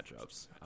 matchups